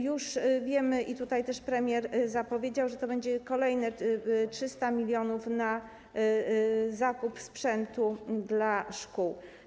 Już wiemy, i to też premier zapowiedział, że będzie kolejne 300 mln na zakup sprzętu dla szkół.